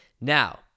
Now